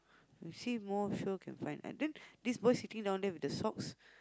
you see more sure can find and then this boy here sitting down there with the socks